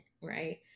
right